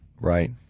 Right